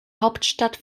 hauptstadt